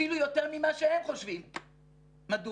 אפילו יותר ממה שהם חושבים, מדוע?